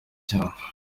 cyane